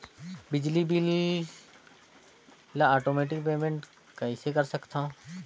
बिजली बिल ल automatic payment कइसे कर सकथव?